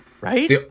right